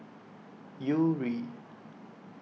Yuri